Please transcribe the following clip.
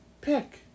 pick